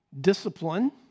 discipline